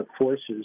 forces